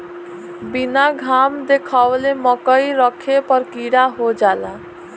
बीना घाम देखावले मकई रखे पर कीड़ा हो जाला